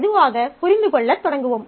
மெதுவாக புரிந்து கொள்ளத் தொடங்குவோம்